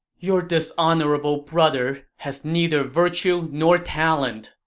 your dishonorable brother has neither virtue nor talent,